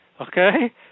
okay